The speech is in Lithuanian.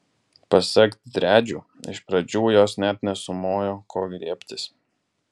pasak driadžių iš pradžių jos net nesumojo ko griebtis